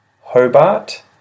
Hobart